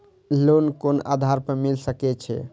Loan कोन आधार पर मिल सके छे?